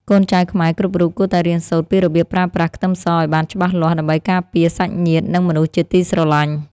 កូនចៅខ្មែរគ្រប់រូបគួរតែរៀនសូត្រពីរបៀបប្រើប្រាស់ខ្ទឹមសឱ្យបានច្បាស់លាស់ដើម្បីការពារសាច់ញាតិនិងមនុស្សជាទីស្រឡាញ់។